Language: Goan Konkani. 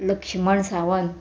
लक्ष्मण सावंत